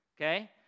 Okay